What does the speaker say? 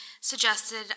suggested